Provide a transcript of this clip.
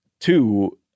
Two